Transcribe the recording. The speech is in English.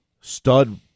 stud